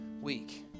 week